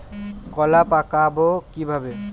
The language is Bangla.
কলা পাকাবো কিভাবে?